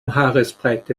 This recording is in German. haaresbreite